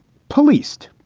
policed.